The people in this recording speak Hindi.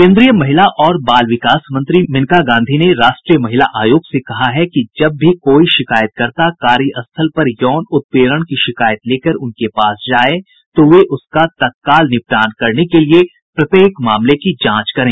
केन्द्रीय महिला और बाल विकास मंत्री मेनका गांधी ने राष्ट्रीय महिला आयोग से कहा है कि जब भी कोई शिकायतकर्ता कार्यस्थल पर यौन उत्पीड़न की शिकायत लेकर उनके पास जाए तो वे उसका तत्काल निपटान करने के लिए प्रत्येक मामले की जांच करें